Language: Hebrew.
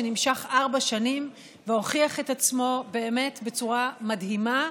שנמשך ארבע שנים והוכיח את עצמו באמת בצורה מדהימה,